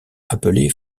appelés